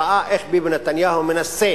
ראה איך ביבי נתניהו מנסה